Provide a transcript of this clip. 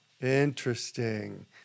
interesting